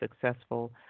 successful